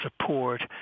support